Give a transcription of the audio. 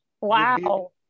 Wow